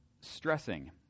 stressing